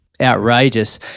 outrageous